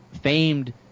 famed